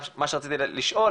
מה שרציתי לשאול,